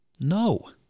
No